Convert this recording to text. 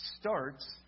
starts